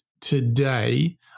today